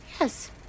Yes